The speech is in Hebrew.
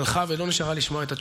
הלכה ולא נשארה לשמוע את התשובה.